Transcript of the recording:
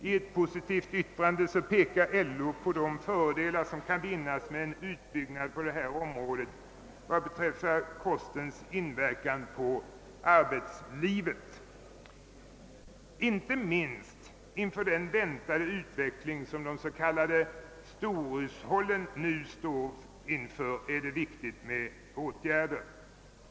I ett positivt yttrande pekar LO också på de fördelar som kan vinnas med en utbyggnad på detta område vad beträffar kostens inverkan på arbetslivet. Inte minst inför den förväntade utveckling som de s.k. storhushållen står inför är det viktigt med åtgärder.